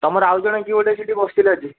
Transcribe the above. ତୁମର ଆଉ ଜଣେ କିଏ ଗୋଟେ ସେଇଠି ବସିଥିଲେ ଆଜି